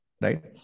right